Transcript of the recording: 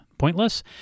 Pointless